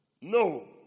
No